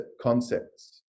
concepts